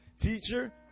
Teacher